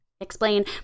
explain